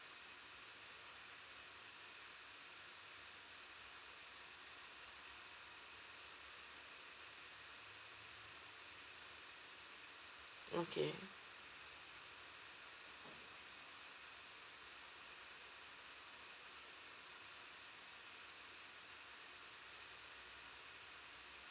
okay